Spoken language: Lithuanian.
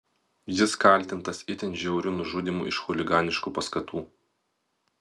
jis kaltintas itin žiauriu nužudymu iš chuliganiškų paskatų